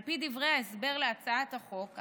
על פי דברי ההסבר להצעת החוק,